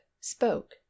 spoke